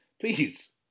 please